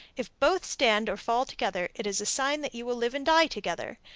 if both stand or fall together, it is a sign that you will live and die together.